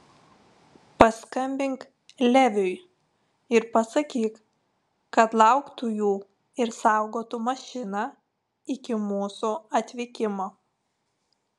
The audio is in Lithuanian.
paskambink leviui ir pasakyk kad lauktų jų ir saugotų mašiną iki mūsų atvykimo